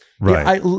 right